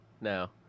No